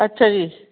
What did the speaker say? ਅੱਛਾ ਜੀ